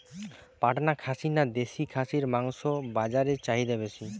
পাটনা খাসি না দেশী খাসির মাংস বাজারে চাহিদা বেশি?